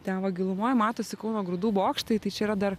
ten va gilumoj matosi kauno grūdų bokštai tai čia yra dar